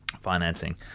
financing